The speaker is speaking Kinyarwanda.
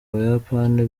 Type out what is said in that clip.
abayapani